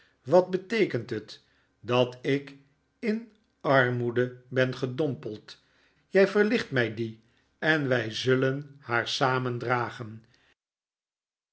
wat beteekent het dat ik in armoede ben gedompeld jij verlicht mij die en wij zullen haar samen dragen